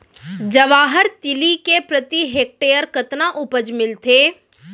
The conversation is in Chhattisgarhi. जवाहर तिलि के प्रति हेक्टेयर कतना उपज मिलथे?